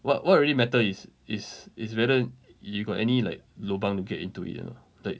what what really matter is is is whether you got any like lobang to get into it or not like